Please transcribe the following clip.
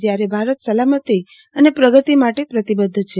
જ્યારે ભારત સલામતી અને પ્રગતિ માટે પ્રતિબધ્ધ છે